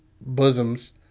bosoms